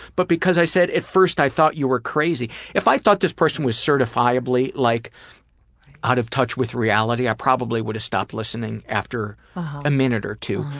but because i said at first i thought you were crazy. if i thought this person was certifiably like out of touch with reality, i probably would have stopped listening after a minute or two.